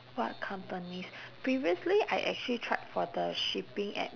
what companies previously I actually tried for the shipping a~